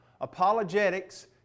Apologetics